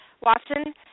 Watson